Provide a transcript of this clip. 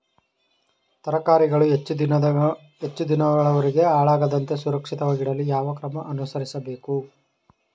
ತರಕಾರಿಗಳು ಹೆಚ್ಚು ದಿನದವರೆಗೆ ಹಾಳಾಗದಂತೆ ಸುರಕ್ಷಿತವಾಗಿಡಲು ಯಾವ ಕ್ರಮ ಅನುಸರಿಸಬೇಕು?